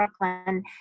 Brooklyn